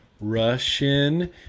Russian